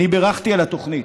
אני בירכתי על התוכנית.